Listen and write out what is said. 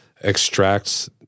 extracts